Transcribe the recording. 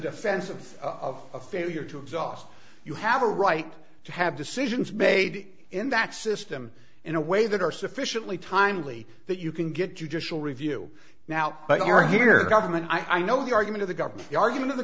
defense of of failure to exhaust you have a right to have decisions made in that system in a way that are sufficiently timely that you can get judicial review now but you are here government i know the argument of the government the argument of the